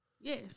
Yes